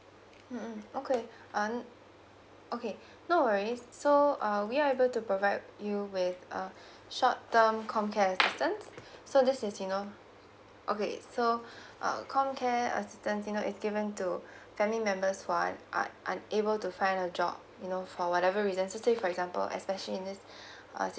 mm mm okay um okay no worries so uh we are able to provide you with uh short term comcare assistance so this is you know okay so uh comcare assistance you know is given to family members who are un~ un~ unable to find a job you know for whatever reasons let's say for example especially in this uh